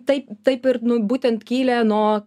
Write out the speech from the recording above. taip taip ir būtent kilę nuo